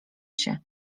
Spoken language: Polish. się